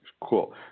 Cool